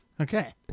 Okay